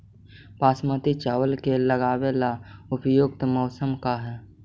बासमती चावल के लगावे ला उपयुक्त मौसम का है?